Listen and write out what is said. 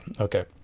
okay